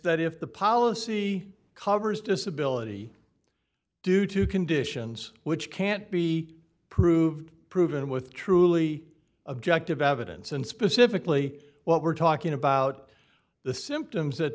that if the policy covers disability due to conditions which can't be proved proven with truly objective evidence and specifically what we're talking about the symptoms that